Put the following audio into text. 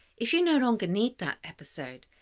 if you no longer need that episode,